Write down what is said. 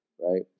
right